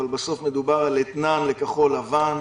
אבל בסוף מדובר על אתנן לכחול לבן,